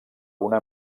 una